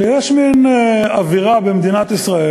שיש מין אווירה במדינת ישראל,